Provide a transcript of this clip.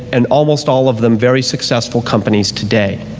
and almost all of them very successful companies today.